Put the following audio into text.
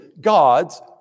God's